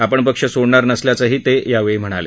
आपण पक्ष सोडणार नसल्याचंही ते यावेळी म्हणाले